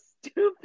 stupid